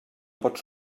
pot